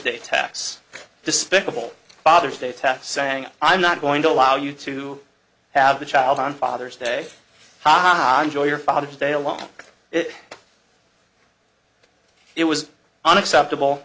day tax despicable father's day attack saying i'm not going to allow you to have a child on father's day haha enjoy your father's day along with it it was unacceptable